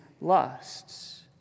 lusts